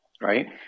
right